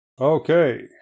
Okay